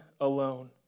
alone